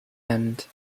end